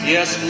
Yes